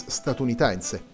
statunitense